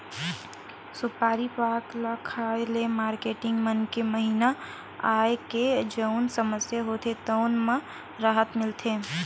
सुपारी पाक ल खाए ले मारकेटिंग मन के महिना आए के जउन समस्या होथे तउन म राहत मिलथे